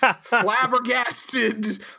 flabbergasted